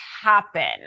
happen